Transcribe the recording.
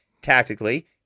tactically